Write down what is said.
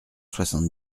soixante